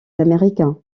américains